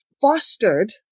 fostered